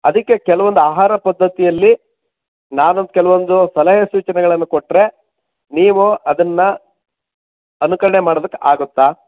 ಅದಕ್ಕೆ ಕೆಲವೊಂದು ಆಹಾರ ಪದ್ದತಿಯಲ್ಲಿ ನಾನು ಕೆಲವೊಂದು ಸಲಹೆ ಸೂಚನೆಗಳನ್ನು ಕೊಟ್ಟರೆ ನೀವು ಅದನ್ನು ಅನುಕರಣೆ ಮಾಡೋದಕ್ಕಾಗುತ್ತಾ